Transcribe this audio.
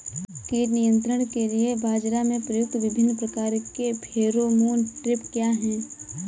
कीट नियंत्रण के लिए बाजरा में प्रयुक्त विभिन्न प्रकार के फेरोमोन ट्रैप क्या है?